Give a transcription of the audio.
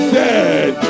dead